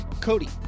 Cody